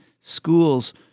schools